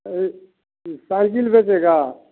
अरे इ साइकिल बेचेगा